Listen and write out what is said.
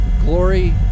Glory